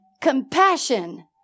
compassion